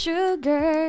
Sugar